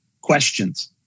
questions